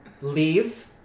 leave